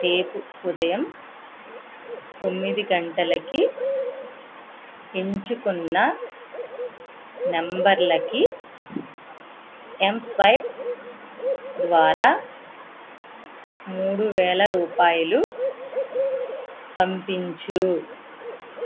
రేపు ఉదయం తొమ్మిది గంటలకి ఎంచుకున్న నంబర్ లకి ఎంస్వైప్ ద్వారా మూడు వేల రూపాయలు పంపించు